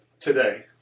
today